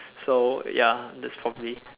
so ya that's for me